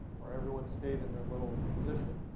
where everyone stayed in their little position,